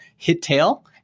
Hittail